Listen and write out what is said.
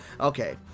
Okay